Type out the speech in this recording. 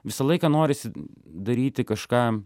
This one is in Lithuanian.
visą laiką norisi daryti kažką